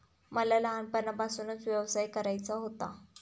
मला लहानपणापासूनच व्यवसाय करायचा होता